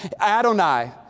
Adonai